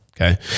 Okay